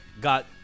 Got